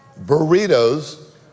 burritos